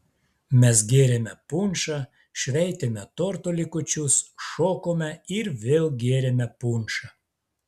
mes gėrėme punšą šveitėme torto likučius šokome ir vėl gėrėme punšą